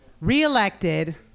reelected